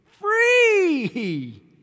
free